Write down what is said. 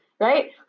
Right